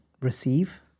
receive